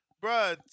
Bro